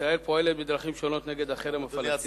ישראל פועלת בדרכים שונות נגד החרם הפלסטיני,